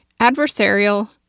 adversarial